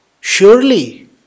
surely